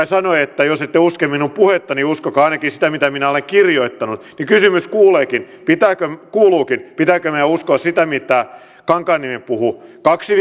sanoi että jos ette usko minun puhettani niin uskokaa ainakin sitä mitä minä olen kirjoittanut kysymys kuuluukin pitääkö kuuluukin pitääkö meidän uskoa sitä mitä kankaanniemi puhui kaksi